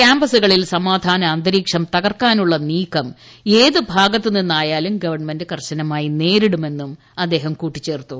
കൃാമ്പസുകളിൽ സമാധാനാന്തരീക്ഷം തകർക്കാനുള്ള നീക്കം ഏതു ഭാഗത്തു നിന്നായാലും ഗവൺമെന്റ് കർശ്രനമായി നേരിടുമെന്നും അദ്ദേഹം കൂട്ടിച്ചേർത്തു